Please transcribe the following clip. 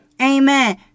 Amen